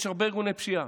יש הרבה ארגוני פשיעה.